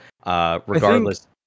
regardless